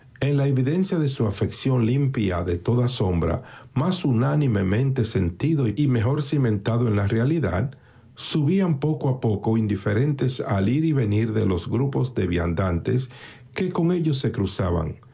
en la evidencia de su afección limpia de toda sombra más unánimemente sentido y mejor cimentado en la realidad subían poco a poco indiferentes al ir y venir de los grupos de viandantes que con ellos se cruzaban